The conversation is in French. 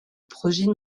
projet